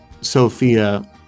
Sophia